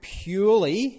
purely